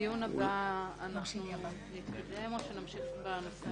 בדיון הבא נתקדם או נמשיך בנושא הזה?